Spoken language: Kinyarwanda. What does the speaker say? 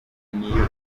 niyo